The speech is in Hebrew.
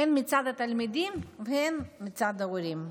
הן מצד התלמידים והן מצד ההורים,